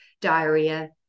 diarrhea